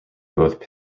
both